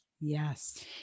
Yes